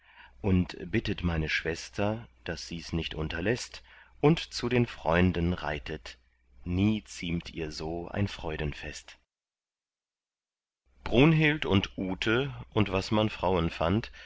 und bittet meine schwester daß sie's nicht unterläßt und zu den freunden reitet nie ziemt ihr so ein freudenfest brunhild und ute und was man frauen fand